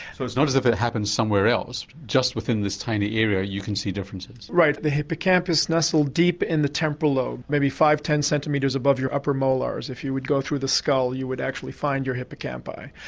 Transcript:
so it's not as if it happens somewhere else, just within this tiny area you can see differences? right, the hippocampus nestles deep in the temporal lobe, maybe five to ten centimetres above your upper molars, if you would go through the skull you would actually find your hippocampi.